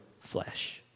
flesh